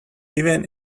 even